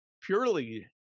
purely